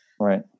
Right